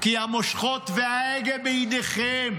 כי המושכות וההגה בידיכם.